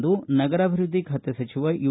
ಎಂದು ನಗರಾಭಿವೃದ್ದಿ ಖಾತೆ ಸಚಿವ ಯು